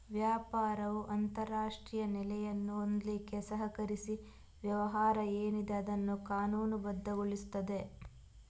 ವ್ಯಾಪಾರವು ಅಂತಾರಾಷ್ಟ್ರೀಯ ನೆಲೆಯನ್ನು ಹೊಂದ್ಲಿಕ್ಕೆ ಸಹಕರಿಸಿ ವ್ಯವಹಾರ ಏನಿದೆ ಅದನ್ನ ಕಾನೂನುಬದ್ಧಗೊಳಿಸ್ತದೆ